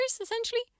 essentially